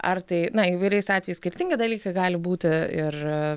ar tai na įvairiais atvejais skirtingi dalykai gali būti ir